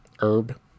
Herb